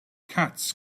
cats